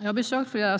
Jag har besökt flera